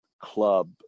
club